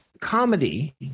comedy